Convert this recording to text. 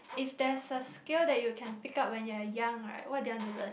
if there's a skill that you can pick up when you're young right what did you want to learn